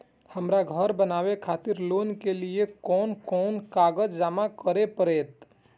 हमरा घर बनावे खातिर लोन के लिए कोन कौन कागज जमा करे परते?